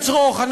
לצרוך יותר.